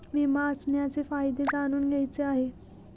विमा असण्याचे फायदे जाणून घ्यायचे आहे